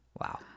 Wow